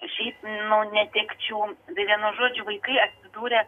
šiaip nuo netekčių vienu žodžiu vaikai atsidūrė